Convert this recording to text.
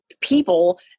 people